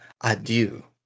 adieu